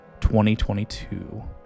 2022